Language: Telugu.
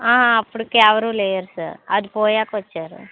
ఆ అప్పటికి ఎవరూ లేరు సార్ అది పోయాక వచ్చారు